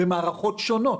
במערכות שונות,